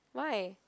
why